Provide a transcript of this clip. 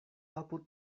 apud